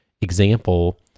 example